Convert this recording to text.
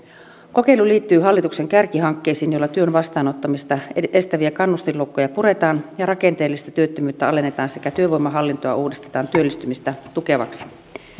kokeilu liittyy hallituksen kärkihankkeisiin joilla työn vastaanottamista estäviä kannustinloukkuja puretaan ja rakenteellista työttömyyttä alennetaan sekä työvoimahallintoa uudistetaan työllistymistä tukevaksi